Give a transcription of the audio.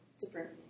different